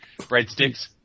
Breadsticks